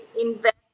invest